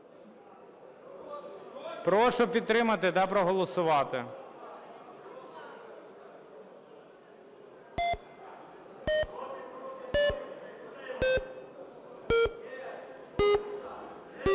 Прошу підтримати та проголосувати.